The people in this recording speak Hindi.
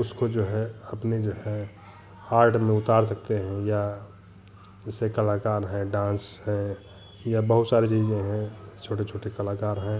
उसको जो है अपने जो है आर्ट में उतार सकते हैं या जैसे कलाकार हैं डान्स हैं या बहुत सारी चीज़ें हैं छोटे छोटे कलाकार हैं